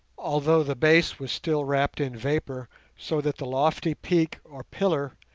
although the base was still wrapped in vapour so that the lofty peak or pillar,